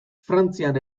frantzian